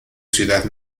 ciudad